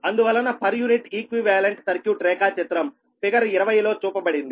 అందువలన per unit equivalent circuit రేఖా చిత్రము ఫిగర్ 20లో చూపబడింది